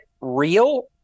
real